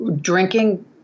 drinking